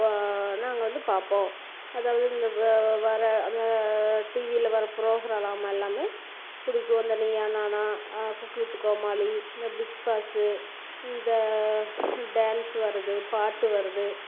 நாங்கள் வந்து பார்ப்போம் அதாவது இந்த வர அந்த டிவியில வர புரோகிராம் எல்லாமே இந்த நீயா நானா குக்கு வித் கோமாளி இந்த பிக் பாஸு இந்த டான்ஸ் வர்றது பாட்டு வர்றது